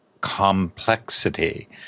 complexity